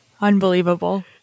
Unbelievable